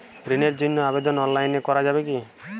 ঋণের জন্য আবেদন অনলাইনে করা যাবে কি?